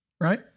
Right